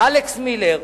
אלכס מילר,